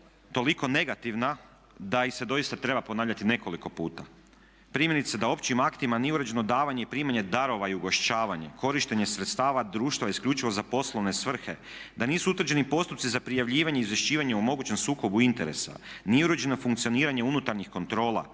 toliko negativna da ih se doista treba ponavljati nekoliko puta. Primjerice da općim aktima nije utvrđeno davanje i primanje darova i ugošćavanje, korištenje sredstava društva isključivo za poslovne svrhe, da nisu utvrđeni postupci za prijavljivanje i izvješćivanje o mogućem sukobu interesa. Nije uređeno funkcioniranje unutarnjih kontrola,